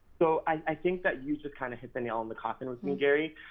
so i think that you just kind of hit the nail on the coffin with me gary.